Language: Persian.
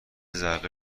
ذره